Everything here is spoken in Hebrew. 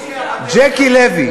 ז'קי לוי,